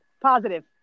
positive